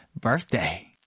Birthday